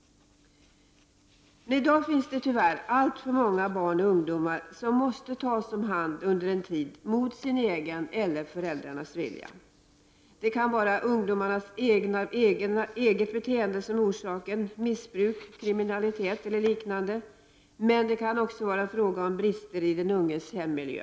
I dag måste tvyärr alltför många barn och ungdomar under en tid mot sin egen eller föräldrarnas vilja tas om hand. Orsaken kan vara ungdomarnas eget beteende, alltså missbruk eller kriminalitet, men det kan också vara fråga om brister i den unges hemmiljö.